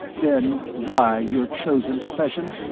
then why your chosen profession?